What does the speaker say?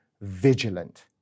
vigilant